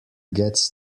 gets